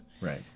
Right